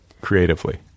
creatively